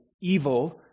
evil